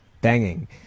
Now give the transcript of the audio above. banging